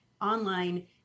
online